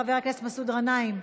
חבר הכנסת מסעוד גנאים,